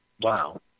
Wow